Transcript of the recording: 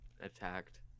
attacked